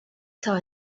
saw